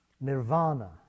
Nirvana